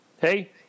Hey